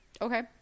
Okay